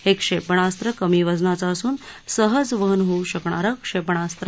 हे क्षेपणास्त्र कमी वजनाचं असून सहज वहन होऊ शकणारं क्षेपणास्त्र आहे